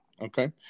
okay